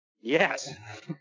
Yes